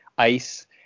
Ice